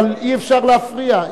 אבל אי-אפשר להפריע.